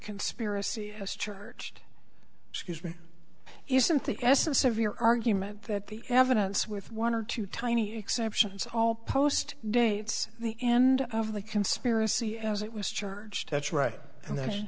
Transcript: conspiracy has churched scuse me isn't the essence of your argument that the evidence with one or two tiny exceptions all post dates the end of the conspiracy as it was charged